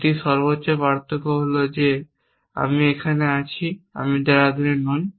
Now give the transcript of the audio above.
একটি সর্বোচ্চ পার্থক্য হল যে আমি এখানে আছি আমি দেরাদুনে নই